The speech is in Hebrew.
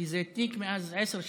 כי זה תיק מזה עשר שנים,